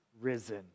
risen